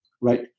right